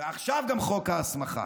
ועכשיו גם חוק ההסמכה.